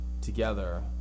together